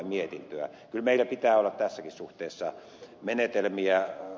kyllä meillä pitää olla tässäkin suhteessa menetelmiä